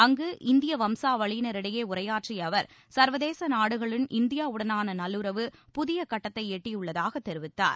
அங்கு இந்திய வம்சாவளியினரிடையே உரையாற்றிய அவர் சர்வதேச நாடுகளின் இந்தியாவுடனான நல்லுறவு புதிய கட்டத்தை எட்டியுள்ளதாக தெரிவித்தார்